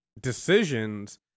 decisions